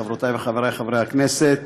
חברותיי וחבריי חברי הכנסת,